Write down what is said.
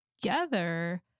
Together